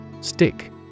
Stick